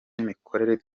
n’imikorere